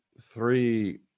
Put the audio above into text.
three